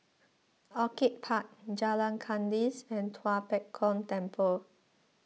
Orchid Park Jalan Kandis and Tua Pek Kong Temple